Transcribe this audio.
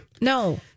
No